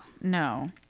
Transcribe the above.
No